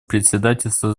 председательство